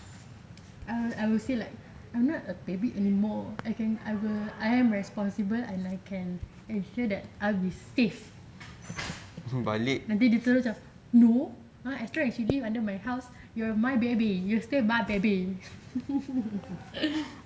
um I would say like I'm not a baby anymore I can I will I am responsible and I can ensure that I will be safe nanti dia terus macam no ah as long as you live under my house you are my baby you stay my baby